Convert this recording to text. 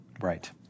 Right